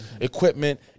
equipment